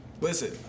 Listen